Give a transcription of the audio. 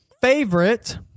favorite